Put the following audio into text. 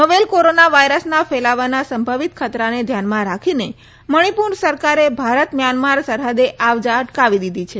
novel corona વાયરસના ફેલાવાના સંભવિત ખતરાને ધ્યાનમાં રાખીને મણીપુર સરકારે ભારત મ્યાંન્માર સરહદે આવ જા અટકાવી દીધી છે